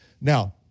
Now